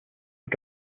but